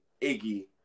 Iggy